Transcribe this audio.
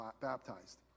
baptized